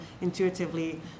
intuitively